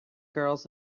girls